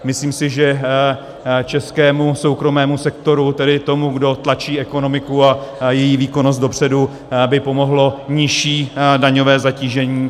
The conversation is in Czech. Myslím si, že českému soukromému sektoru, tedy tomu, kdo tlačí ekonomiku a její výkonnost dopředu, by pomohlo nižší daňové zatížení.